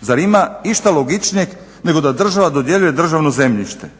Zar ima išta logičnijeg nego da država dodjeljuje državno zemljište,